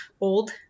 old